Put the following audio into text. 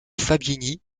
fabiani